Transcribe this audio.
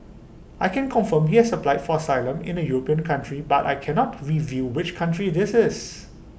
I can confirm he has applied for asylum in A european country but I cannot reveal which country this is